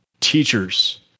teachers